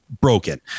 broken